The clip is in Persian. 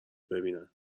ببینن